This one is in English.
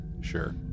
Sure